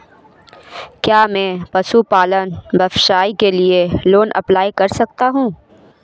क्या मैं पशुपालन व्यवसाय के लिए लोंन अप्लाई कर सकता हूं?